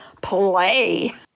Play